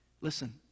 Listen